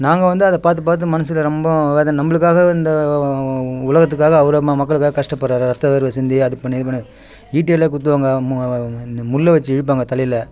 நாங்கள் வந்து அதை பார்த்து பார்த்து மனசில் ரொம்ப வேதனை நம்பளுக்காக இந்த உலகத்துக்காக அவர் ம மக்களுக்காக கஷ்டப்படுறாரு இரத்த வேர்வை சிந்தி அது பண்ணி இது பண்ணி ஈட்டியால் குத்துவாங்க மு இந்த முள்ளை வெச்சு இழுப்பாங்க தலையில்